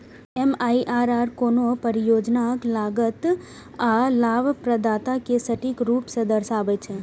MIRR कोनो परियोजनाक लागत आ लाभप्रदता कें सटीक रूप सं दर्शाबै छै